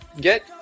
Get